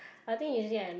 I think usually I